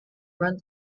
ran